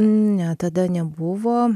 ne tada nebuvo